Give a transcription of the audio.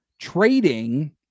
trading